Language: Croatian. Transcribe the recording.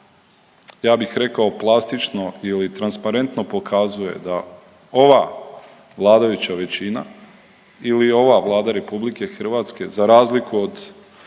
ja bih rekao plastično ili transparentno pokazuje da ova vladajuća većina ili ova Vlada RH za razliku od